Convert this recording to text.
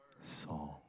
song